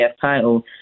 title